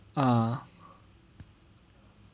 ah